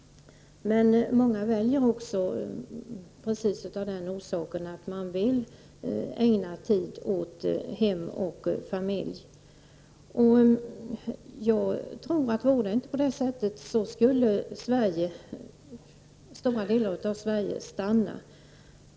Men många väljer deltid precis av det skälet att de vill ägna tid åt hem och familj. Vore det inte på det sättet skulle stora delar av Sverige stanna.